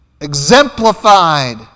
exemplified